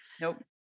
nope